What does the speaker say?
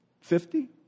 Fifty